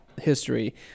history